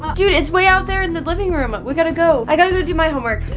but dude, it's way out there in the living room. but we've got to go. i've got to go do my homework.